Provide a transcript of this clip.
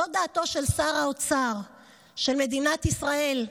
זו דעתו של שר האוצר של מדינת ישראל,